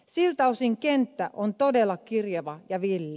siltä osin kenttä on todella kirjava ja villi